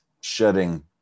shedding